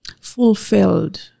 fulfilled